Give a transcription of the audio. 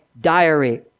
diary